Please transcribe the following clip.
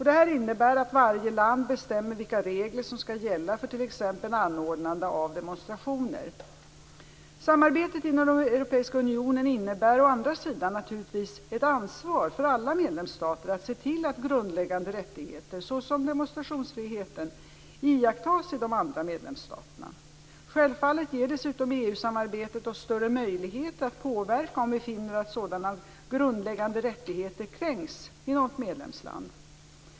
Det innebär att varje land bestämmer vilka regler som skall gälla för t.ex. anordnande av demonstrationer. Samarbetet inom Europeiska unionen innebär naturligtvis ett ansvar för alla medlemsstater att se till att grundläggande rättigheter, såsom demonstrationsfriheten, iakttas i de andra medlemsstaterna. Självfallet ger dessutom EU-samarbetet oss större möjligheter att påverka om vi finner att sådana grundläggande rättigheter kränks i något medlemsland.